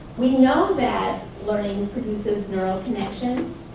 we know that learning produces neural connections,